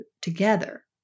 together